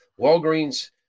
Walgreens